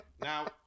Now